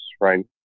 right